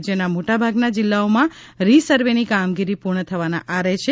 રાજ્યના મોટાભાગના જિલ્લાઓમાં રી સર્વેની કામગીરી પૂર્ણ થવાના આરે છે